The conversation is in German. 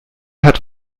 hat